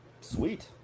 Sweet